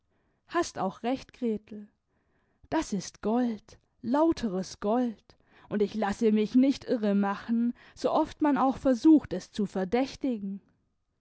hast auch recht gretel das ist gold lauteres gold und ich lasse mich nicht irre machen so oft man auch versucht es zu verdächtigen